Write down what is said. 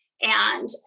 and-